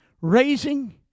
raising